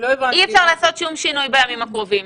אי אפשר לעשות שום שינוי בימים הקרובים,